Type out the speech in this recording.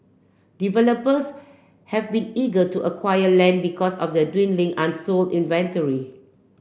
developers have been eager to acquire land because of the dwindling unsold inventory